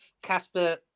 Casper